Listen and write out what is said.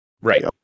Right